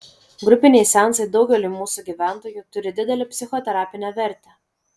grupiniai seansai daugeliui mūsų gyventojų turi didelę psichoterapinę vertę